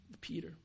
Peter